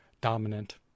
dominant